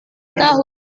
tahun